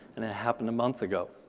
and it happened a month ago.